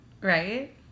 Right